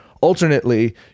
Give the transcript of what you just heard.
alternately